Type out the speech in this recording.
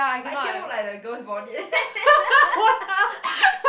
like here looks like the girl's body